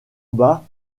bas